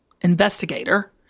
investigator